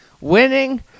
winning